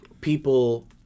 people